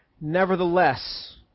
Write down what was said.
Nevertheless